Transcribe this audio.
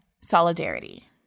solidarity